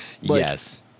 Yes